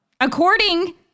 According